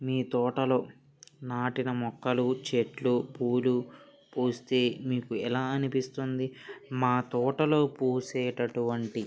మీ తోటలో నాటిన మొక్కలు చెట్లు పూలు పూస్తే మీకు ఎలా అనిపిస్తుంది మా తోటలో పూసేటటువంటి